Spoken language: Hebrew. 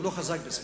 הוא לא חזק בזה.